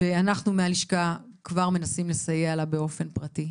אנחנו מהלשכה כבר מנסים לסייע לה באופן פרטי.